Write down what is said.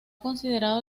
considerado